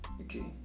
Okay